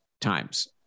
times